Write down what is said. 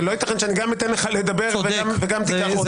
זה לא ייתכן שאני גם אתן לך לדבר וגם תיקח עוד זמן.